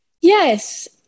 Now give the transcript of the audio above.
Yes